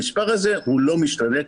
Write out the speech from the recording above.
המספר הזה הוא לא משתנה.